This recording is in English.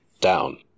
down